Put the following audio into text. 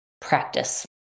practice